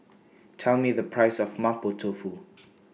Tell Me The Price of Mapo Tofu